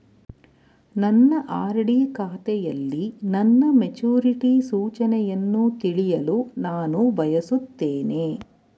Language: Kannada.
ನನ್ನ ಆರ್.ಡಿ ಖಾತೆಯಲ್ಲಿ ನನ್ನ ಮೆಚುರಿಟಿ ಸೂಚನೆಯನ್ನು ತಿಳಿಯಲು ನಾನು ಬಯಸುತ್ತೇನೆ